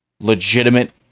legitimate